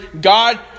God